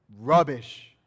rubbish